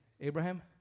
Abraham